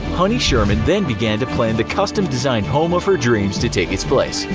honey sherman then began to plan the custom-designed home of her dreams to take its place.